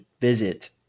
visit